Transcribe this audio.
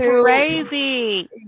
crazy